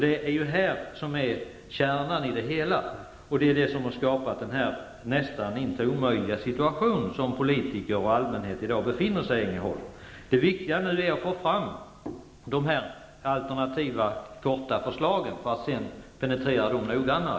Det är det som är kärnan i det hela och som har skapat den näst intill omöjliga situation som politiker och allmänhet i Ängelholm befinner sig i. Det viktiga är nu att få fram alternativa förslag för att sedan pentrera dem noggrannare.